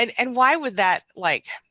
and and why would that like?